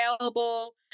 available